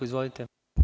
Izvolite.